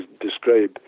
describe